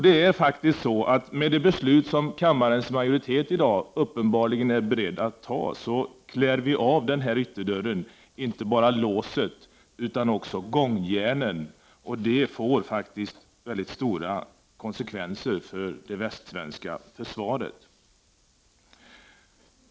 Det är faktiskt så att med det beslut som kammarens majoritet uppenbarligen är beredd att fatta klär vi av ytterdörren inte bara låset utan också gångjärnen, och detta får faktiskt mycket stora konsekvenser för det västsvenska försvaret.